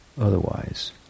otherwise